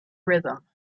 rhythm